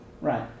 Right